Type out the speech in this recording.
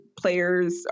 players